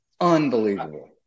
unbelievable